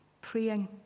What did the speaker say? praying